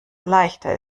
leichter